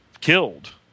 killed